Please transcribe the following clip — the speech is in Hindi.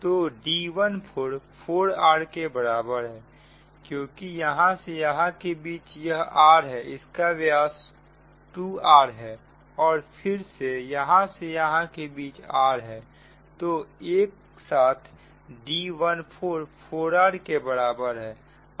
तो D14 4 r के बराबर है क्योंकि यहां से यहां के बीच यह r है इसका व्यास 2r है और फिर से यहां से यहां के बीच r है तो एक साथ D14 4r के बराबर है